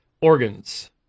organs